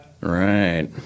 Right